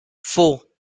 four